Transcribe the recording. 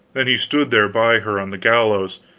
then he stood there by her on the gallows,